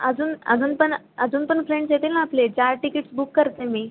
अजून अजून पण अजून पण फ्रेंड्स येतील ना आपले चार टिकीट्स बुक करते मी